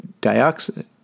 dioxide